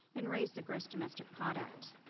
and raise the gross domestic product.